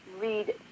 read